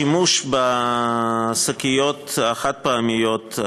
השימוש בשקיות החד-פעמיות,